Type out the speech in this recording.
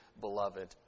beloved